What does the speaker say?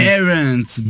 Parents